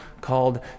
called